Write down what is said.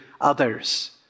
others